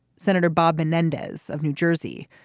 senator bob menendez of new jersey.